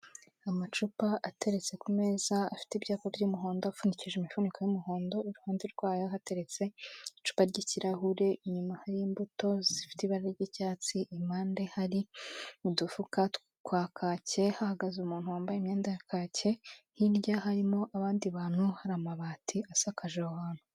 Amacupa ateretse ku meza, afite ibyapa by'umuhondo, apfunikije imifuniko y'umuhondo, iruhande rwayo hateretse icupa ry'ikirahure, inyuma hari imbuto zifite ibara ry'icyatsi, impande hari udufuka twa kacye, hahagaze umuntu wambaye imyenda ya kacye, hirya harimo abandi bantu, hari amabati asakaje aho hantu.